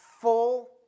full